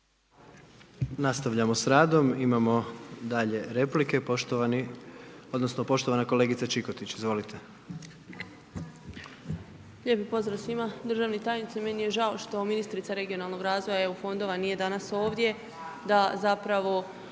Nastavljano s radom, imamo, dalje replike, poštovana kolegice Čikotić, izvolite. **Čikotić, Sonja (Nezavisni)** Lijepi pozdrav svima, državni tajniče, meni je žao, što ministrica regionalnog razvoja EU fondova nije danas ovdje, da zapravo